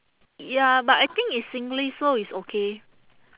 ya but I think it's singlish so it's okay